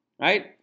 right